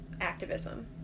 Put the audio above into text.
activism